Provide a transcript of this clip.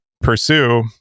pursue